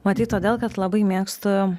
matyt todėl kad labai mėgstu